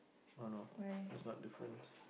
oh no that's not different